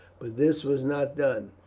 but this was not done.